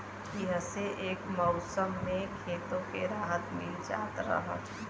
इह्से एक मउसम मे खेतो के राहत मिल जात रहल